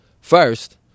First